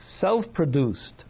self-produced